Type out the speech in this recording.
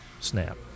snap